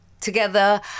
together